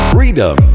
Freedom